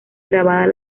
grabadas